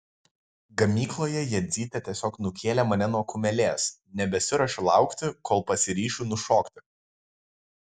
ganykloje jadzytė tiesiog nukėlė mane nuo kumelės nebesiruošė laukti kol pasiryšiu nušokti